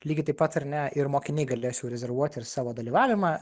lygiai taip pat ar ne ir mokiniai galės jau rezervuoti ir savo dalyvavimą